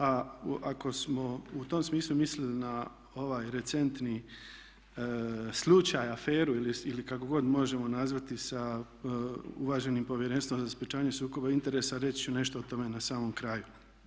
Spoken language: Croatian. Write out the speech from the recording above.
A ako smo u tom smislu mislili na ovaj recentni slučaj, aferu ili kako god možemo nazvati sa uvaženim Povjerenstvom za sprječavanje sukoba interesa reći ću nešto o tome na samom kraju.